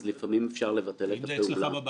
אז לפעמים אפשר לבטל את הפעולה.